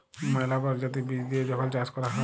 ম্যালা পরজাতির বীজ দিঁয়ে যখল চাষ ক্যরা হ্যয়